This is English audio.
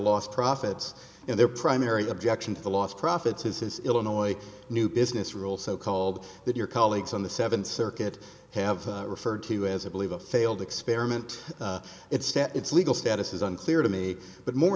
lost profits and their primary objection to the lost profits is this illinois new business rule so called that your colleagues on the seventh circuit have referred to as i believe a failed experiment it's set its legal status is unclear to me but more